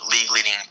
league-leading